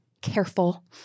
careful